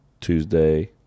Tuesday